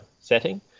setting